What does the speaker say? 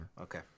okay